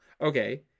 okay